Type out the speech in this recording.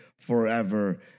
forever